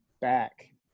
back